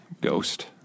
ghost